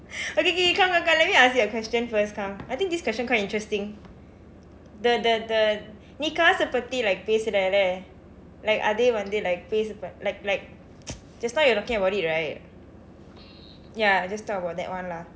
okay okay come come come let me ask you a question first come I think this question quite interesting the the the நீ காசு பற்றி:ni kaasu parri like பேசுற இல்ல:peesura illa like அதே வந்து:athee vandthu like பேசுவ:peesuva like like just now you were talking about it right ya just talk about that [one] lah